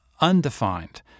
undefined